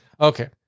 Okay